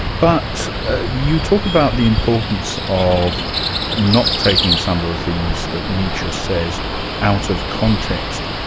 but you talked about the importance of not taking some of the things that nietzsche says out of context.